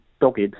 dogged